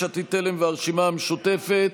יש עתיד-תל"ם והרשימה המשותפת.